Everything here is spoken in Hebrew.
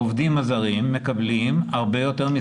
העובדים הזרים מקבלים הרבה יותר.